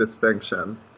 distinction